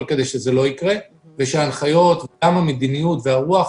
כדי שזה לא יקרה ושההנחיות וגם המדיניות והרוח